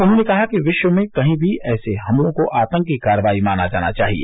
उन्हॉने कहा कि विश्व में कहीं भी ऐसे हमलों को आतंकी कार्रवाई माना जाना चाहिए